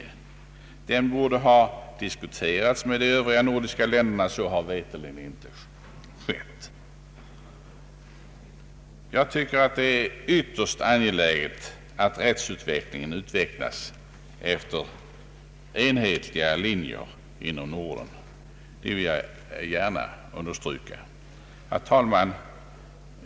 Den borde ha diskuterats med de övriga nordiska länderna. Så har veterligen inte skett. Jag tycker att det är ytterst angeläget att rättsutvecklingen går efter enhetliga linjer inom Norden. Det vill jag gärna understryka. Herr talman!